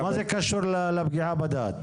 מה זה קשור לפגיעה בדת?